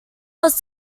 was